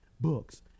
books